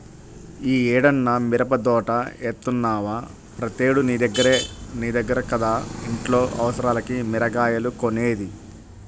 యీ ఏడన్నా మిరపదోట యేత్తన్నవా, ప్రతేడూ నీ దగ్గర కదా ఇంట్లో అవసరాలకి మిరగాయలు కొనేది